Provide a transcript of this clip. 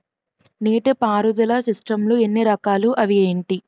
నీటిపారుదల సిస్టమ్ లు ఎన్ని రకాలు? అవి ఏంటి?